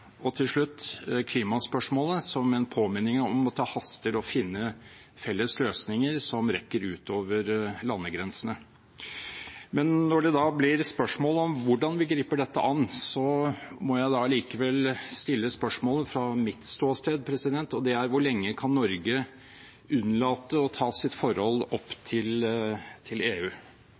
Og til slutt har vi klimaspørsmålet, som en påminning om at det haster å finne felles løsninger som rekker utover landegrensene. Når det da blir spørsmål om hvordan vi griper dette an, må jeg likevel stille spørsmålet fra mitt ståsted: Hvor lenge kan Norge unnlate å ta opp sitt forhold til EU?